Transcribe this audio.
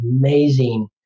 amazing